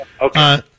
okay